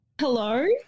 hello